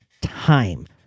time